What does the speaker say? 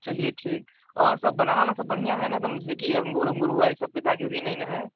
चलिये ठीक और सब बनाना वनाना सब बढ़िया हैं न एकदम देखिये अंगूर वंगूर हुआ ये सब पर दागी भी नहीं है